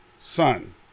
Son